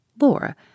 Laura